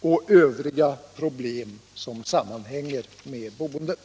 och övriga problem som sammanhänger med boendet.